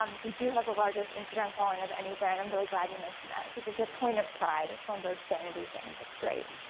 we do have the largest instagram following of any brand, i'm really glad you mentioned that, cause it's a point of pride, it's one of those vanity things, that's great.